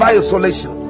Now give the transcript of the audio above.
isolation